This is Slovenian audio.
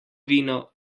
vino